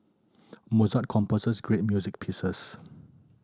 Mozart composed great music pieces